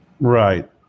Right